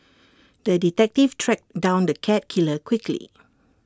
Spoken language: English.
the detective tracked down the cat killer quickly